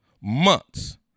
months